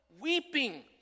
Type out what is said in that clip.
weeping